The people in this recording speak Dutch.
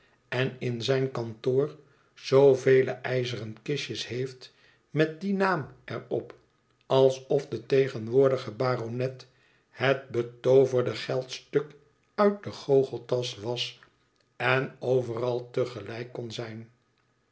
en in zijn kantoor zoovele ijzeren kistjes heeft met dien naam er op alsof de tegenwoordige baronet het betooverde geldstuk uit de goocheltasch was en overal te gelijk kon zijn